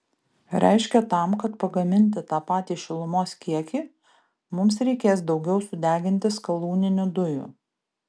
reiškia tam kad pagaminti tą patį šilumos kiekį mums reikės daugiau sudeginti skalūninių dujų